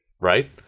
Right